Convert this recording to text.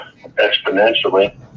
exponentially